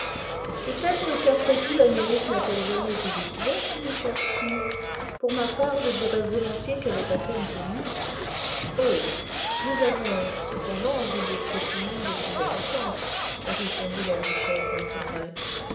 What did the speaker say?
peut-être après tout l'amérique n'a-t-elle jamais été découverte dit m erskine pour ma part je dirai volontiers qu'elle est à peine connue oh nous avons cependant vu des spécimens de ses habitantes répondit la duchesse d'un ton vague